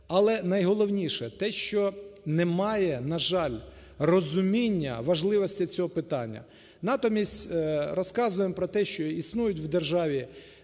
Але, найголовніше те, що немає, на жаль, розуміння важливості цього питання. Натомість розказуємо про те, що існують в державі